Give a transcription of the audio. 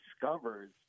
discovers